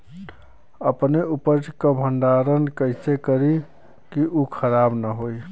अपने उपज क भंडारन कइसे करीं कि उ खराब न हो?